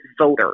voters